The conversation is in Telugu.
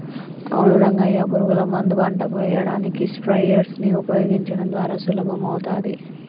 అవును రంగయ్య పురుగుల మందు పంటకు ఎయ్యడానికి స్ప్రయెర్స్ నీ ఉపయోగించడం ద్వారా సులభమవుతాది